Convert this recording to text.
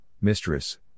mistress